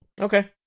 Okay